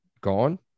gone